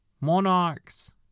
monarchs